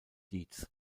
dietz